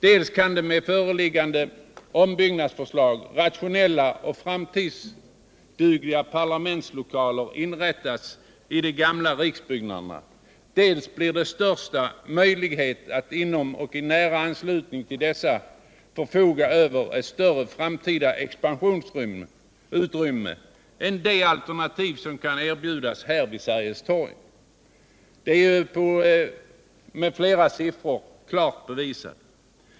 Dels kan med föreliggande ombyggnadsförslag rationella och framtidsdugliga parlamentslokaler inrättas i de gamla riksbyggnaderna, dels blir det största möjlighet att inom och i nära anslutning till dessa förfoga över ett större framtida expansionsutrymme än det Sergelstorgsalternativet kan erbjuda. Detta är i siffror klart bevisat.